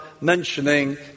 mentioning